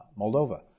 Moldova